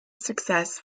success